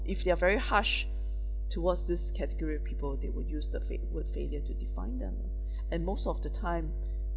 if they are very harsh towards this category of people they would use the fai~ word failure to define them and most of the time